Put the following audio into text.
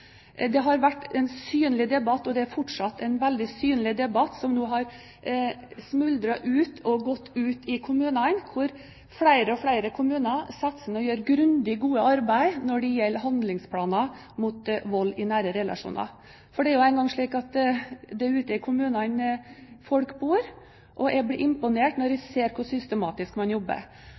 Det har vært en synlig debatt, og det er fortsatt en veldig synlig debatt ute i kommunene, og flere og flere kommuner setter seg ned og gjør grundig, godt arbeid når det gjelder handlingsplaner mot vold i nære relasjoner. Det er jo engang slik at det er ute i kommunene folk bor, og jeg blir imponert når jeg ser hvor systematisk man jobber.